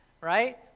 right